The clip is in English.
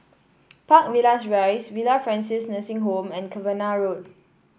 Park Villas Rise Villa Francis Nursing Home and Cavenagh Road